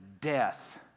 death